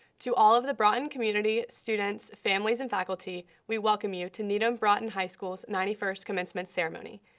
to all of the broughton community students, families and faculty, we welcome you to needham broughton high school's ninety first commencement ceremony.